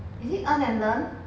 is it earn and learn